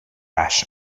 ais